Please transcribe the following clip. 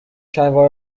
شلوار